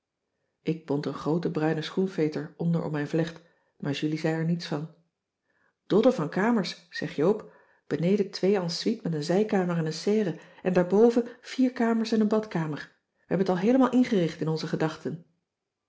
ik bond een grooten bruinen schoenveter onder om mijn vlecht maar julie zei er niets van dodden van kamers zeg joop beneden twee ensuite met een zijkamer en een serre en daar boven vier kamers en een badkamer we hebben het al heelemaal ingericht in onze gedachten